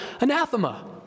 anathema